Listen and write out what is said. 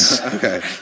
Okay